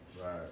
Right